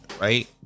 right